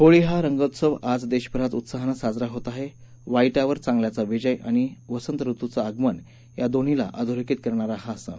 होळी हा रंगोत्सव आज दक्षिरात उत्साहान स्विजरा होत आह गाई मिर चांगल्याचा विजय आणि वसंत रुतूचं आगमन या दोन्हीला अधोरखित करणारा हा सण